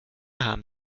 haben